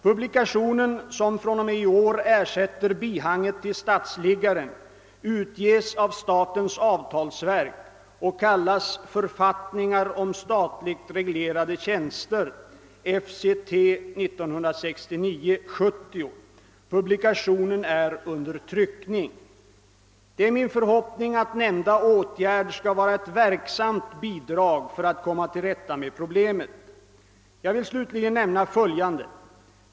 Publikationen, som från och med i år ersätter bihanget till statsliggaren, utges av statens avtalsverk och kallas »Författningar om statligt reglerade tjänster ». Publikationen är under tryckning. Det är min förhoppning att nämnda åtgärd skall vara ett verksamt bidrag för att komma till rätta med problemet. Jag vill slutligen nämna följande.